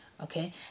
Okay